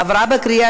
נתקבל.